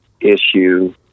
issue